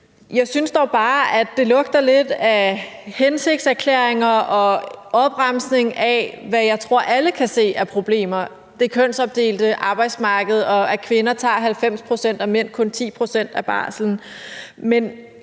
Jeg synes dog bare, at det lugter lidt af hensigtserklæringer og opremsninger af, hvad jeg tror alle kan se er problemer: det kønsopdelte arbejdsmarked, og at kvinder tager 90 pct. og mænd kun 10 pct. af barslen.